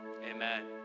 amen